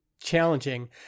challenging